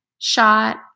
Shot